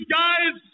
guys